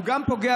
גם פוגע